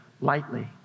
lightly